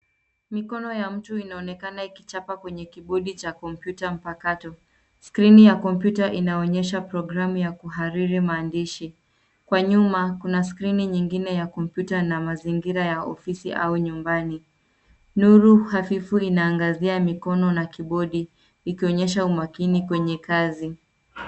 Mikono ya mtu inaonekana ikichapa kwenye kibodi cha kompyuta mpakato. Skrini ya kompyuta inaonyesha program ya kuhariri mandishi. Kwa nyuma, kuna skrini nyingine ya kompyuta na mazingira ya ofisi au nyumbani. Nuru hafifu inaangazia mikono na kibodi ikionyesha umakini kwenye kazi.